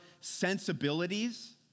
sensibilities